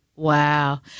Wow